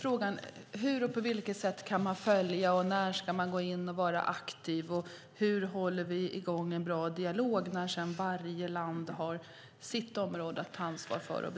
Frågorna är hur och på vilket sätt man kan följa, när man ska gå in och vara aktiv och hur vi håller i gång en bra dialog när varje land har sitt eget område att ta ansvar för.